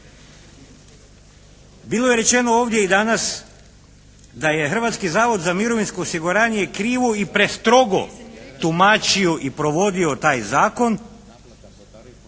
Bilo je rečeno ovdje i danas da je Hrvatski zavod za mirovinsko osiguranje krivo i prestrogo tumačio i provodio taj zakon,